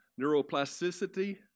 neuroplasticity